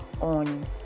on